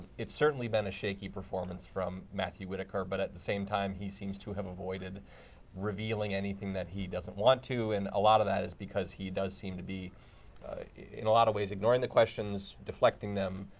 it has certainly been a shaky performance from matthew whitaker, but at the same time he seems to have avoided revealing anything that he doesn't want to, and a lot of that is because he does seem to be in a lot of ways, ignoring the questions, deflecting them,